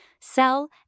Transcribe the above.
sell